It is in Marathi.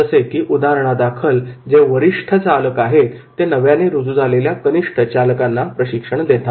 जसे की उदाहरणादाखल जे वरिष्ठ चालक आहेत ते नव्याने रुजू झालेल्या कनिष्ठ चालकांना प्रशिक्षण देतात